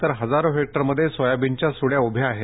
तर हजारो हेक्टरमध्ये सोयाबीनच्या सुड्या उभ्या आहेत